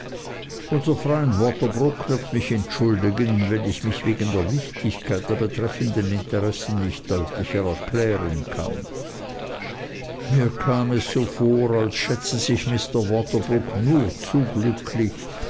unser freund waterbroock wird mich entschuldigen wenn ich mich wegen der wichtigkeit der betreffenden interessen nicht deutlicher erklären kann mir kam es so vor als schätze sich mr waterbroock nur zu glücklich